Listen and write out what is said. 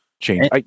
change